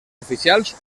oficials